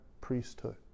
priesthood